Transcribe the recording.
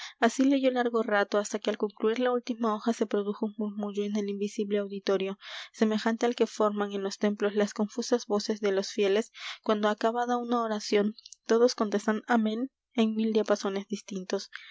así leyó largo rato hasta que al concluir la última hoja se produjo un murmullo en el invisible auditorio semejante al que forman en los templos las confusas voces de los fieles cuando acabada una oración todos contestan amén en mil diapasones distintos